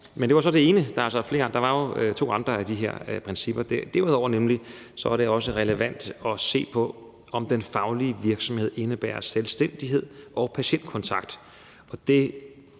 Det var det ene princip, men der er jo to andre principper. Derudover er det også relevant at se på, om den faglige virksomhed indebærer selvstændighed og patientkontakt.